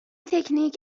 تکنیک